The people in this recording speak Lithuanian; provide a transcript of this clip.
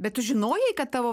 bet tu žinojai kad tavo